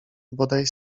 bodaj